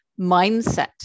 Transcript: mindset